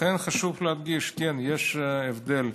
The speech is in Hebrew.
לכן חשוב להדגיש: כן, יש הבדל.